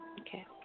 Okay